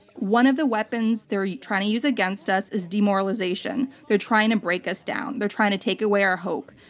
one of the weapons they're trying to use against us is demoralization. they're trying to break us down. they're trying to take away our hope.